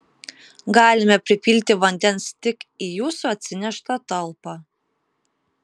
galime pripilti vandens tik į jūsų atsineštą talpą